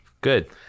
good